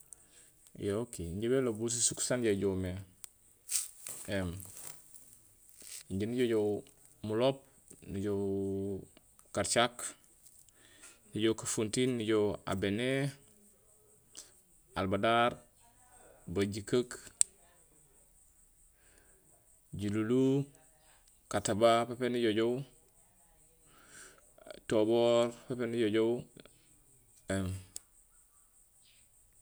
yo ok injé bé lobul si súk san injé ijow mé. Ēém injé ni jojoow Mlomp ni jojoow Karthiack ni joow Kafountine ni joow Abébé Albadar Bandjikaky Diouloulou Kataba pépé ni jojoow Tobor pépé ni jojoow éém